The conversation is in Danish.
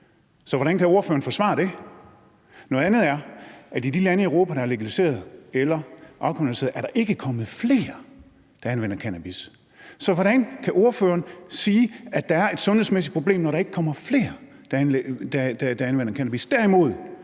Så hvordan kan ordføreren forsvare det? Noget andet er, at i de lande i Europa, der har legaliseret eller afkriminaliseret cannabis, er der ikke kommet flere, der anvender cannabis. Så hvordan kan ordføreren sige, at der er et sundhedsmæssigt problem, når der ikke kommer flere, der anvender cannabis?